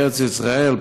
בארץ ישראל,